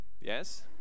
Yes